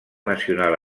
nacional